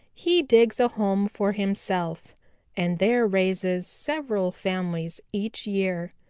he digs a home for himself and there raises several families each year.